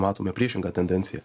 matome priešingą tendenciją